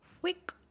quick